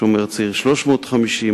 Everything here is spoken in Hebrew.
"השומר הצעיר" 350 שקלים,